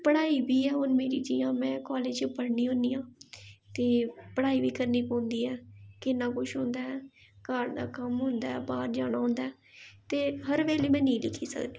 पढ़ाई बी एह् हून मेरी जि'यां में कालज च पढ़नी आं ते पढ़ाई बी करनी पौंदी ऐ किन्ना कुछ होंदा ऐ घर दा कम्म होंदा ऐ बाह्र जाना होंदा ऐ ते हर बेल्लै में नेईं लिखी सकदी